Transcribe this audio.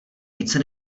více